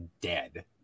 dead